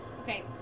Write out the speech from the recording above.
Okay